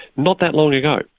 not that long ago.